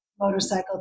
motorcycle